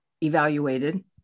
evaluated